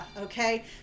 okay